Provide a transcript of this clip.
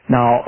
Now